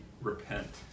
repent